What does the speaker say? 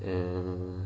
and